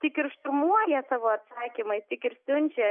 tik ir šturmuoja savo atsakymais tik ir siunčia